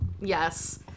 Yes